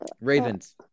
Ravens